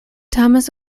thomas